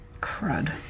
Crud